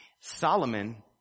Solomon